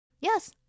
Yes